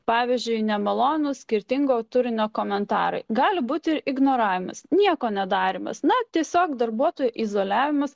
pavyzdžiui nemalonūs skirtingo turinio komentarai gali būti ignoravimas nieko nedarymas na tiesiog darbuotojų izoliavimas